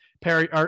Perry